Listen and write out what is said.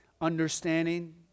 understanding